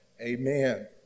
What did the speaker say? amen